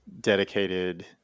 dedicated